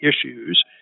issues